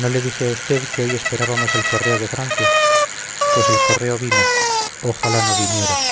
no dije a usted que hoy esperábamos el correo de francia pues el correo vino ojalá no viniera